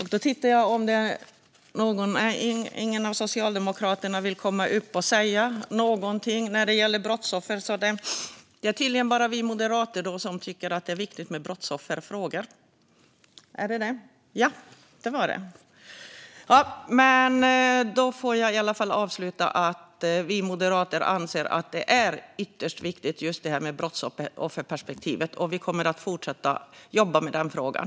Jag tittar ut i kammaren och undrar om någon från Socialdemokraterna vill komma upp i talarstolen och säga någonting om brottsoffer. Det är tydligen bara vi moderater som tycker att frågorna som rör brottsoffer är viktiga. Finns det någon? Ja! Jag avslutar med att vi moderater anser att brottsofferperspektivet är ytterst viktigt, och vi kommer att fortsätta att jobba med den frågan.